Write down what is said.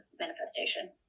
manifestation